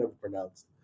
pronounced